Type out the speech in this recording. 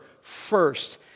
first